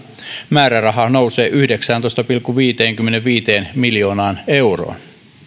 määräraha nousee yhdeksääntoista pilkku viiteenkymmeneenviiteen miljoonaan euroon